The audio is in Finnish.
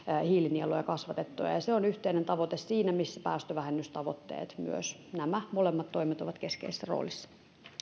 hiilinieluja kasvatettua ja ja se on yhteinen tavoite siinä missä päästövähennystavoitteet myös nämä molemmat toimet ovat keskeisessä roolissa